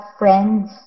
friends